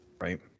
Right